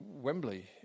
Wembley